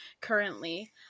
currently